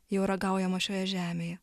jau ragaujamą šioje žemėje